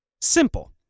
Simple